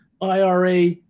IRA